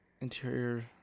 Interior